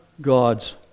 God's